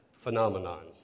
phenomenon